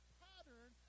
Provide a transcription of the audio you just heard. pattern